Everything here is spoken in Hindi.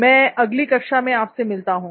मैं अगली कक्षा में आपसे मिलता हूं